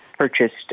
purchased